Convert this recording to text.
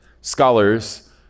Scholars